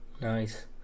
nice